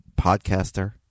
podcaster